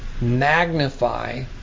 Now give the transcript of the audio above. magnify